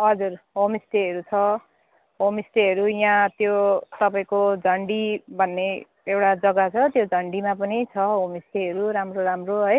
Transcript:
हजुर होमस्टेहरू छ होमस्टेहरू यहाँ त्यो तपाईँको झन्डी भन्ने एउटा जग्गा छ त्यो झन्डीमा पनि छ होमस्टेहरू राम्रो राम्रो है